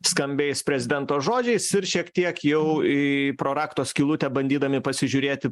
skambiais prezidento žodžiais ir šiek tiek jau į pro rakto skylutę bandydami pasižiūrėti